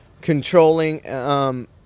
controlling